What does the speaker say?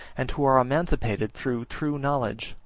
and who are emancipated through true knowledge,